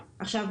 עכשיו,